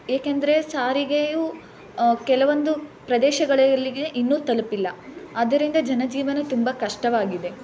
ಏಕೆಂದರೆ ಸಾರಿಗೆಯು ಕೆಲವೊಂದು ಪ್ರದೇಶಗಳಲ್ಲಿಗೆ ಇನ್ನೂ ತಲುಪಿಲ್ಲ ಆದ್ದರಿಂದ ಜನಜೀವನ ತುಂಬಾ ಕಷ್ಟವಾಗಿದೆ